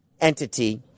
entity